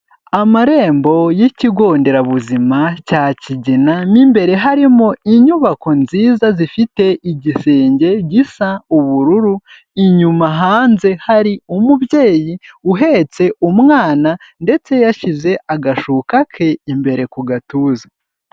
Amarembo y'ikigo nderabuzima cya Kigina, mo imbere harimo inyubako nziza zifite igisenge gisa ubururu, inyuma hanze hari umubyeyi uhetse umwana ndetse yashyize agashuka ke imbere ku gatuza.